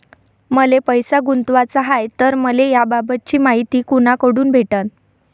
मले पैसा गुंतवाचा हाय तर मले याबाबतीची मायती कुनाकडून भेटन?